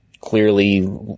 clearly